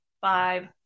Five